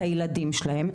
את הילדים שלהם,